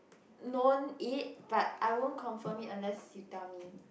known it but I won't confirm it unless you tell me